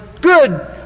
good